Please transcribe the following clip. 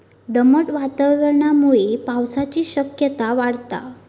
दमट वातावरणामुळे पावसाची शक्यता वाढता